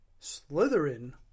Slytherin